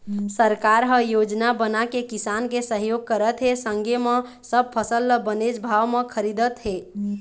सरकार ह योजना बनाके किसान के सहयोग करत हे संगे म सब फसल ल बनेच भाव म खरीदत हे